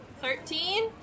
Thirteen